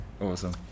awesome